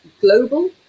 global